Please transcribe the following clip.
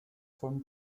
von